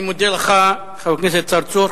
אני מודה לך, חבר הכנסת צרצור.